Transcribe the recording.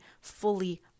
fully